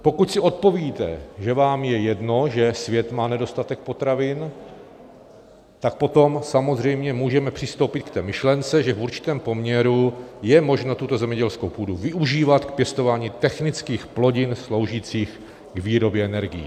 Pokud si odpovíte, že vám je jedno, že svět má nedostatek potravin, tak potom samozřejmě můžeme přistoupit k té myšlence, že v určitém poměru je možné zemědělskou půdu využívat k pěstování technických plodin sloužících k výrobě energií.